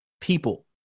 people